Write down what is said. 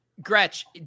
Gretch